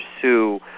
pursue